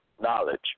knowledge